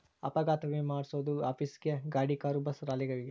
ಅಪಘಾತ ವಿಮೆ ಮಾದ್ಸೊದು ಆಫೀಸ್ ಗೇ ಗಾಡಿ ಕಾರು ಬಸ್ ಲಾರಿಗಳಿಗೆ